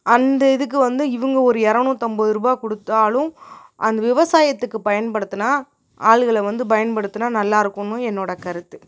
அந்த இதுக்கு வந்து இவங்க ஒரு இரநூத்தம்பதுருபா கொடுத்தாலும் அந்த விவசாயத்துக்கு பயன்படுத்துனால் ஆளுகளை வந்து பயன்படுத்துனால் நல்லாயிருக்குன்னும் என்னோடய கருத்து